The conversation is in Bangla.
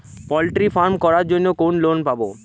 পলট্রি ফার্ম করার জন্য কোন লোন পাব?